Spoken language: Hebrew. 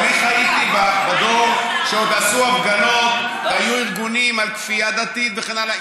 אני חייתי בדור שעוד עשו הפגנות והיו ארגונים על כפייה דתית וכן הלאה.